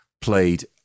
played